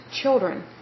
children